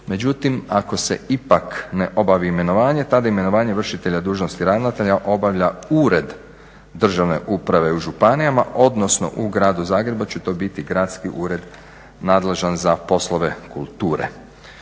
Međutim, ako se ipak ne obavi imenovanje tada imenovanje vršitelja dužnosti ravnatelja obavlja ured državne uprave u županijama, odnosno u Gradu Zagrebu jer će to biti gradski ured nadležan za poslove kulture.